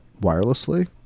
wirelessly